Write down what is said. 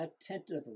attentively